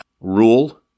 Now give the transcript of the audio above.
rule